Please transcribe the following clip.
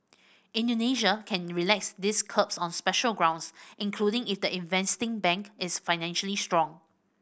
Indonesia can relax these curbs on special grounds including if the investing bank is financially strong